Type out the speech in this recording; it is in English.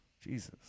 Jesus